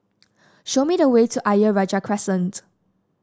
show me the way to Ayer Rajah Crescent